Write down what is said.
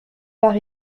par